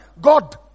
God